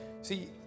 See